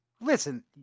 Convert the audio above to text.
Listen